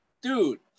dude